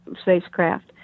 spacecraft